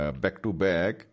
back-to-back